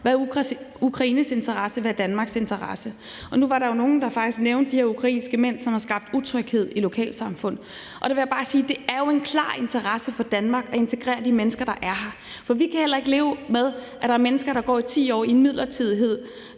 der er Ukraines interesse, og hvad Danmarks interesse. Nu var der nogle, der faktisk nævnte de her ukrainske mænd, som har skabt utryghed i lokalsamfund. Der vil jeg bare sige, at det jo klart er i Danmarks interesse at integrere de mennesker, der er har, for vi kan heller ikke leve med, at der er mennesker, der går 10 år i midlertidighed